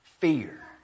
fear